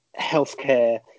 healthcare